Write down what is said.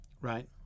right